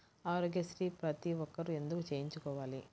ఆరోగ్యశ్రీ ప్రతి ఒక్కరూ ఎందుకు చేయించుకోవాలి?